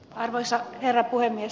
arvoisa herra puhemies